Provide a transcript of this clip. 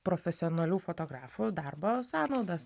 profesionalių fotografų darbo sąnaudas